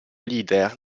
leader